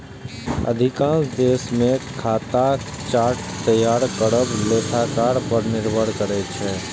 अधिकांश देश मे खाताक चार्ट तैयार करब लेखाकार पर निर्भर करै छै